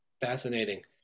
fascinating